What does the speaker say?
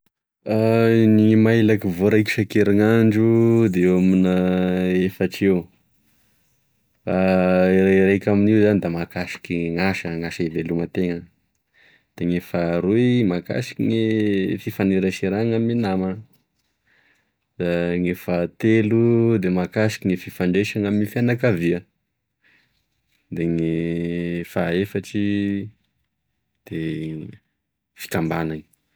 Ny mailaky voaraiko isa-kerinandro da eo amina efatry eo e raiky amn'io zany da mahakasike gn'asa gn'asa ivelomatena de gne faharoy mahakasikigne fifaneraserana ame namana da gne fahatelo da makasikigne ny fifandraisana ame fianakavia de gne fahaefatry de gne fikambanany.